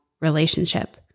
relationship